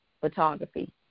Photography